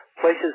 places